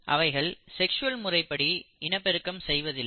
அவைகள் செக்ஸ்வல் முறைப்படி இனப்பெருக்கம் செய்வதில்லை